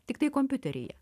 tiktai kompiuteryje